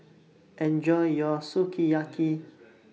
Enjoy your Sukiyaki